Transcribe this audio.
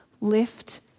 lift